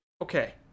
okay